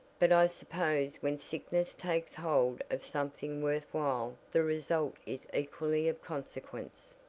but i suppose when sickness takes hold of something worth while the result is equally of consequence.